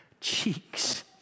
cheeks